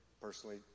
personally